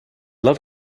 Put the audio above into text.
love